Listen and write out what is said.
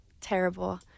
terrible